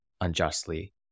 unjustly